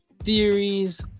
Theories